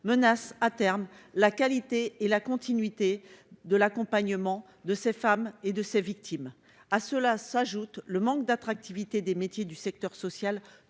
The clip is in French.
menace à terme la qualité et la continuité de l'accompagnement de ces femmes et de ces victimes, à cela s'ajoute le manque d'attractivité des métiers du secteur social,